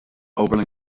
oberlin